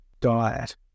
diet